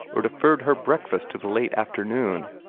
or deferred her breakfast to the late afternoon,